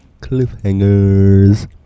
cliffhangers